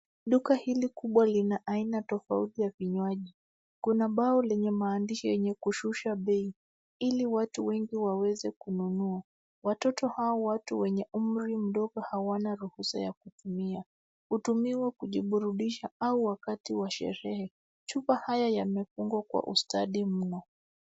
Duka hili kubwa lina aina tofauti ya vinyaji. Kuna bao lenye maandisha enye kushusha bei ili watu wengi waweze kununuwa. Watoto au watu wenye umri mdogo hawana ruhusa ya kutumia. Utumiwa kujiburudisha au wakati wa sherehe. Chupa haya yamefungwa kwa ustadi mno.